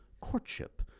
courtship